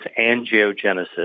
angiogenesis